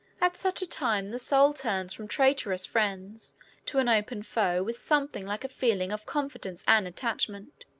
at such a time the soul turns from traitorous friends to an open foe with something like a feeling of confidence and attachment.